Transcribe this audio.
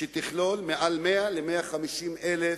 שתכלול מעל 100,000 150,000